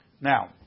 Now